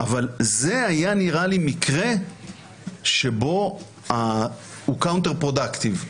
אבל זה היה נראה לי מקרה שהוא counter productive,